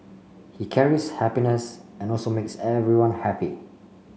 he carries happiness and also makes everyone happy